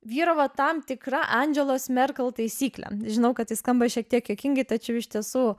vyravo tam tikra angelos merkel taisyklė žinau kad tai skamba šiek tiek juokingai tačiau iš tiesų